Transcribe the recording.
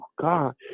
God